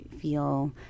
feel